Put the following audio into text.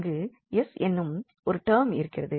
அங்கு s எனும் ஒரு டெர்ம் இருக்கிறது